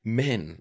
men